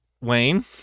Wayne